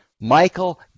Michael